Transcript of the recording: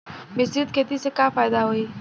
मिश्रित खेती से का फायदा होई?